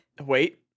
Wait